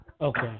Okay